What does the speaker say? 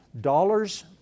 dollars